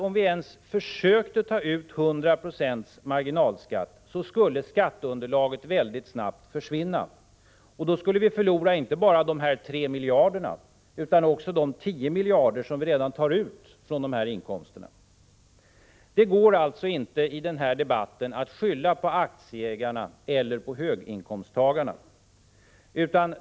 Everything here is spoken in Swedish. Om vi ens försökte ta ut 100 26 marginalskatt skulle skatteunderlaget mycket snabbt försvinna, och vi skulle förlora inte bara dessa 3 miljarder utan också de 10 miljarder som vi redan tar av dessa inkomster. Det går alltså inte att i denna debatt skylla på aktieägarna eller på höginkomsttagarna.